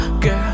girl